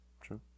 True